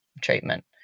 treatment